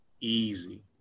easy